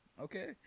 okay